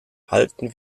halten